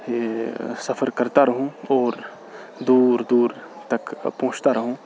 یہ سفر کرتا رہوں اور دور دور تک پہنچتا رہوں